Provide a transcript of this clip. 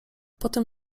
potem